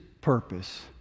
purpose